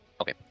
Okay